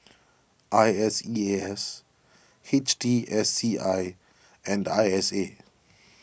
I S E A S H T S C I and I S A